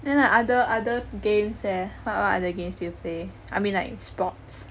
then like other other games eh what what other games do you play I mean like sports